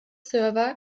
server